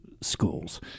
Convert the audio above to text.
schools